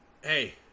hey